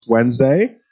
Wednesday